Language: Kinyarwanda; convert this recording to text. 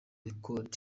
records